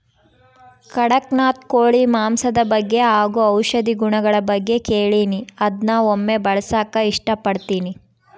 ಕಡಖ್ನಾಥ್ ಕೋಳಿ ಮಾಂಸದ ಬಗ್ಗೆ ಹಾಗು ಔಷಧಿ ಗುಣಗಳ ಬಗ್ಗೆ ಕೇಳಿನಿ ಅದ್ನ ಒಮ್ಮೆ ಬಳಸಕ ಇಷ್ಟಪಡ್ತಿನಿ